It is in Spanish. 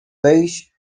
beige